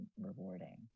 rewarding